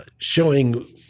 showing